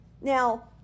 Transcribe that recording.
now